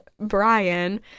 Brian